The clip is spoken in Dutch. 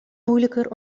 moeilijker